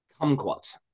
Kumquat